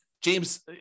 James